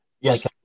Yes